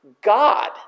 God